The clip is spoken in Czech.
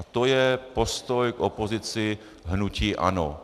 A to je postoj k opozici hnutí ANO.